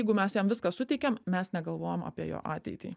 jeigu mes jam viską suteikėm mes negalvojame apie jo ateitį